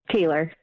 Taylor